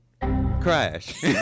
Crash